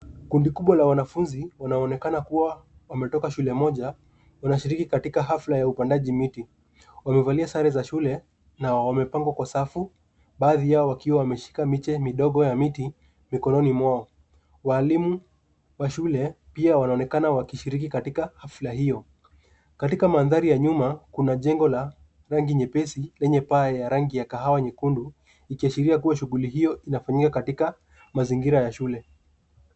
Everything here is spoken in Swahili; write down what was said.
Kundi kubwa la wanafunzi wanaoonekana kuwa wametoka shule moja, wanashiriki katika hafla ya upandaji miti. Wamevalia sare za shule na wamepangwa kwa safu, baadhi yao wakiwa wameshika miche midogo ya miti mikononi mwao. Walimu wa shule pia wanaonekana wakishiriki katika hafla hiyo. Katika mandhari ya nyuma, kuna jengo la rangi nyepesi lenye paa la rangi ya kahawa nyekundu ikiashiria kuwa shughuli hiyo inafanyika katika mazingira ya shule.